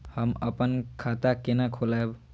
हम अपन खाता केना खोलैब?